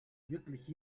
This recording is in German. wirklich